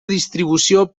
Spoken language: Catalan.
distribució